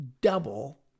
double